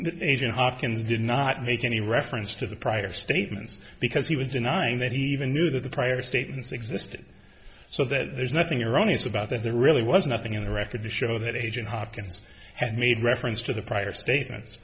that asian hopkins did not make any reference to the prior statements because he was denying that he even knew that the prior statements existed so that there's nothing iranis about that there really was nothing in the record to show that agent hopkins had made reference to the prior statements